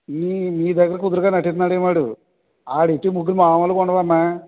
మీ మీ దగ్గర కుదురుగా నటిస్తున్నాడు ఏమో వాడు వాడు పెట్టే ముగ్గులు మాములుగా ఉండవు అమ్మా